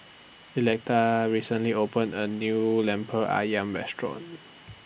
Electa recently opened A New Lemper Ayam Restaurant